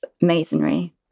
masonry